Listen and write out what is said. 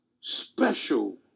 special